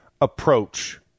approach